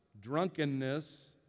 drunkenness